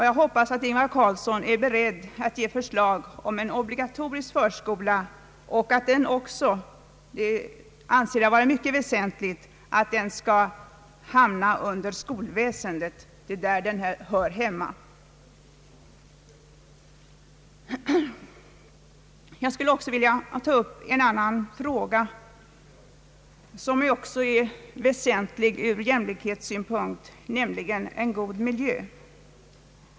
Jag hoppas att Ingvar Carlsson är beredd att ge förslag om en obligatorisk förskola och att den också — det anser jag vara mycket väsentligt — skall hamna under skolväsendet. Det är där den hör hemma. Jag skulle vilja ta upp en annan fråga, som också är väsentlig ur jämlikhetssynpunkt, nämligen den om en god miljö.